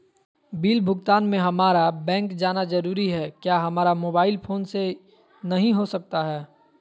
Bill भुगतान में हम्मारा बैंक जाना जरूर है क्या हमारा मोबाइल फोन से नहीं हो सकता है?